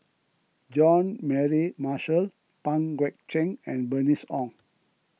Jean Mary Marshall Pang Guek Cheng and Bernice Ong